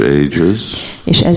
ages